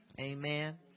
Amen